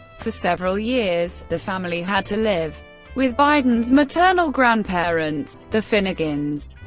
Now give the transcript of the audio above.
for several years, the family had to live with biden's maternal grandparents, the finnegans.